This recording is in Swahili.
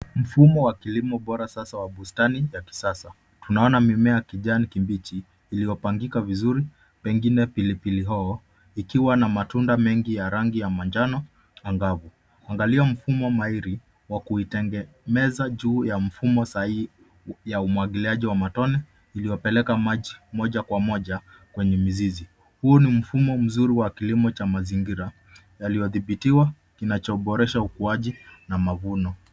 Mfumo wa kilimo bora sasa wa bustani ya kisasa, tunaona mimea ya kijani kibichi iliyopangika vizuri pengine pilipili hoho ikiwa na matunda mengi ya rangi ya manjano angavu ,Angalia mfumo mahiri wa kuitengeza juu ya mfumo sahihi ya umwagiliaji wa matone iliyopeleka maji moja kwa moja kwenye mizizi huu ni mfumo mzuri wa kilimo cha mazingira yaliyowathibitiwa kinachoboresha ukuaji na mavuno.